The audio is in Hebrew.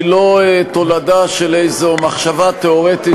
היא לא תולדה של איזו מחשבה תיאורטית,